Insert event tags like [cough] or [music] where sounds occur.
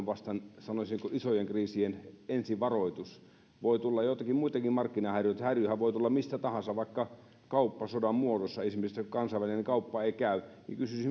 [unintelligible] vasta sanoisinko isojen kriisien ensivaroitus voi tulla joitakin muitakin markkinahäiriöitä häiriöhän voi tulla mistä tahansa vaikka kauppasodan muodossa esimerkiksi jos kansainvälinen kauppa ei käy